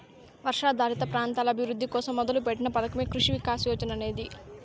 వర్షాధారిత ప్రాంతాల అభివృద్ధి కోసం మొదలుపెట్టిన పథకమే కృషి వికాస్ యోజన అనేది